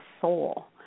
soul